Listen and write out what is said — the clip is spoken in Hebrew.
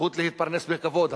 הזכות להתפרנס בכבוד,